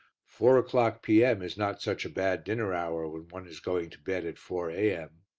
four o'clock p m. is not such a bad dinner-hour when one is going to bed at four a m.